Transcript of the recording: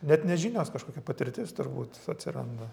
net ne žinios kažkokia patirtis turbūt atsiranda